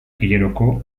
hileroko